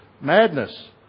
madness